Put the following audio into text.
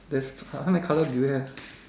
there's how how many colors do you have